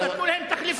נתנו להם תחליפים.